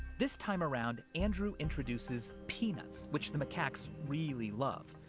this time around, andrew introduces peanuts, which the macaques really love.